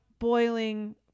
boiling